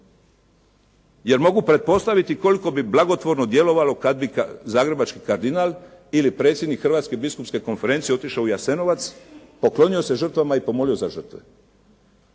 jer mogu pretpostaviti koliko bi blagotvorno djelovalo kad bi zagrebački kardinal ili predsjednik Hrvatske biskupske konferencije otišao u Jasenovac, poklonio se žrtvama i pomolio za žrtve.